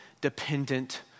dependent